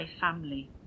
family